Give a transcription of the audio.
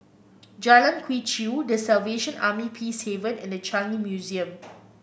Jalan Quee Chew The Salvation Army Peacehaven and The Changi Museum